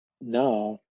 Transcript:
now